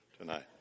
Tonight